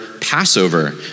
Passover